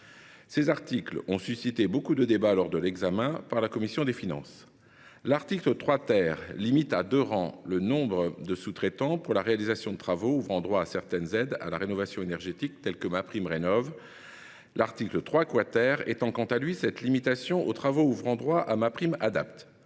Ces articles ont suscité beaucoup de débats lors de leur examen par la commission des finances. L’article 3 limite à deux rangs le nombre de sous traitants pour la réalisation de travaux ouvrant droit à certaines aides à la rénovation énergétique telles que MaPrimeRénov’. L’article 3 , vise, quant à lui, à étendre cette limitation aux travaux ouvrant droit à MaPrimeAdapt’.